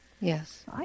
Yes